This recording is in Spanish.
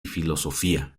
filosofía